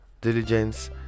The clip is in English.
Diligence